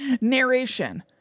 Narration